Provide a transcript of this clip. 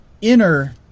Inner